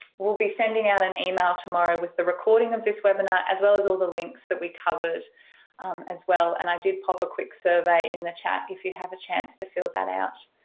we'll be sending out an email tomorrow with the recording of this webinar as well as all the links that we covered as well. and i did pop a quick survey in the chat if you have a chance to fill that out.